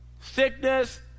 sickness